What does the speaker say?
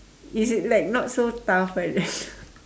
is it like not so tough right the